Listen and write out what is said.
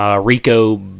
Rico